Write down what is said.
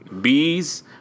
bees